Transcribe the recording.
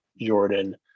jordan